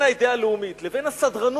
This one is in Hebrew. לבין האידיאה הלאומית, לבין הסדרנות.